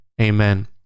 amen